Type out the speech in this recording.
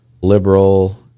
liberal